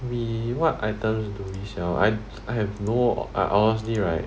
we what items do we sell I I have no I honestly right